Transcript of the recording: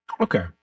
Okay